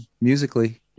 musically